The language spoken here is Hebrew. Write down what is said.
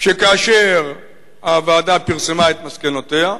כי כאשר הוועדה פרסמה את מסקנותיה,